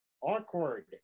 Awkward